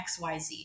XYZ